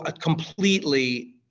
completely